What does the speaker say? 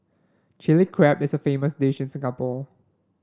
Chilli Crab is a famous dish in Singapore